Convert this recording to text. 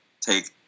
take